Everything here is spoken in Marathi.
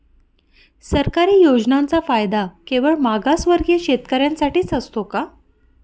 सरकारी योजनांचा फायदा केवळ मागासवर्गीय शेतकऱ्यांसाठीच असतो का?